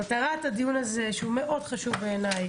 מטרת הדיון הזה שהוא מאוד חשוב בעיניי,